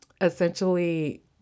essentially